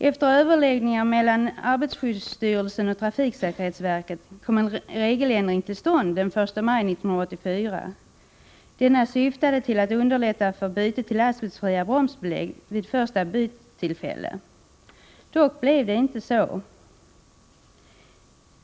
Efter överläggningar mellan arbetarskyddsstyrelsen och trafiksäkerhetsverket kom en regeländring till stånd den 1 maj 1984. Denna syftade till att underlätta för byte till asbestfria bromsbelägg vid första byttillfälle. Dock blev det inte så.